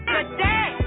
Today